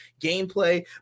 gameplay